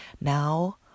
now